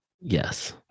yes